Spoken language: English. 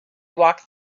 walk